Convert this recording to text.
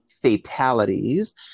fatalities